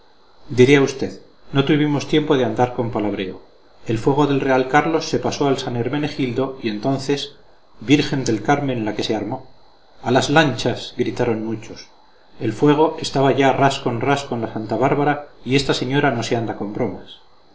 a usted no tuvimos tiempo de andar con palabreo el fuego del real carlos se pasó al san hermenegildo y entonces virgen del carmen la que se armó a las lanchas gritaron muchos el fuego estaba ya ras con ras con la santa bárbara y esta señora no se anda con bromas